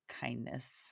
kindness